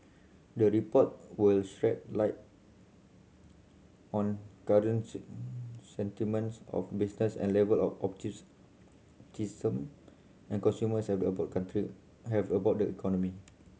the report will shed light on current sentiments of business and level of and consumers have about the country have about the economy